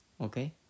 okay